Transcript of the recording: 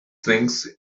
things